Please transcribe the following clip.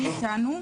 מי איתנו?